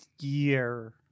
year